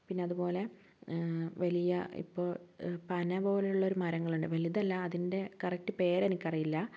പിന്നതുപോലെ വലിയ ഇപ്പോൾ പന പോലുള്ളൊരു മരങ്ങളുണ്ട് വലുതല്ല അതിൻ്റെ കറക്റ്റ് പേരെനിക്ക് അറിയില്ല